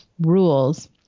rules